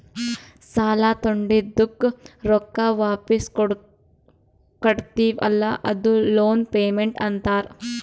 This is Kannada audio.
ಸಾಲಾ ತೊಂಡಿದ್ದುಕ್ ರೊಕ್ಕಾ ವಾಪಿಸ್ ಕಟ್ಟತಿವಿ ಅಲ್ಲಾ ಅದೂ ಲೋನ್ ಪೇಮೆಂಟ್ ಅಂತಾರ್